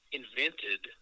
invented –